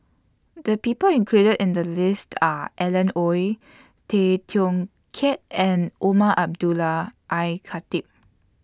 The People included in The list Are Alan Oei Tay Teow Kiat and Umar Abdullah Al Khatib